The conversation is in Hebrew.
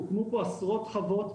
הוקמו פה עשרות חברות,